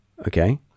okay